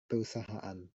perusahaan